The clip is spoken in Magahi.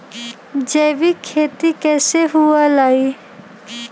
जैविक खेती कैसे हुआ लाई?